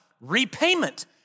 repayment